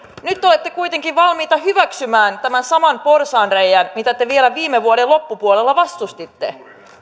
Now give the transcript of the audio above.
nyt olette kuitenkin valmiita hyväksymään tämän saman porsaanreiän mitä te vielä viime vuoden loppupuolella vastustitte